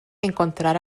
encontrar